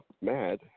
mad